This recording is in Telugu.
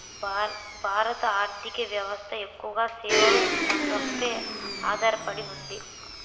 భారత ఆర్ధిక వ్యవస్థ ఎక్కువగా సేవల రంగంపై ఆధార పడి ఉంది